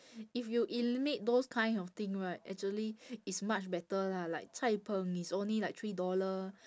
if you eliminate those kind of thing right actually it's much better lah like cai-png is only like three dollar